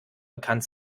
bekannt